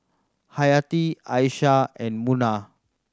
Hayati Aishah and Munah